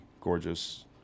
gorgeous